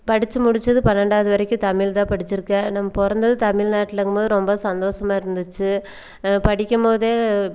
படிச்சு முடிச்சது பன்னெண்டாவது வரைக்கும் தமிழ் தான் படிச்சிருக்கேன் நம்ம பிறந்தது தமிழ்நாட்டுலங்கும்போது ரொம்ப சந்தோஷமாக இருந்துச்சு படிக்கும்போதே